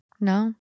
No